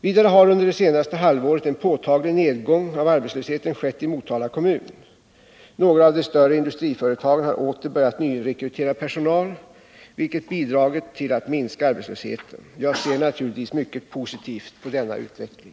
Vidare har under det senaste halvåret en påtaglig nedgång av arbetslösheten skett i Motala kommun. Några av de större industriföretagen har åter börjat nyrekrytera personal, vilket bidragit till att minska arbetslösheten. Jag ser naturligtvis mycket positivt på denna utveckling.